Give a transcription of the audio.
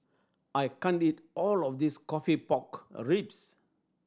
I can't eat all of this coffee pork ribs